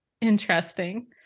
interesting